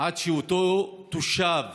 עד שאותו תושב